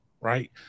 right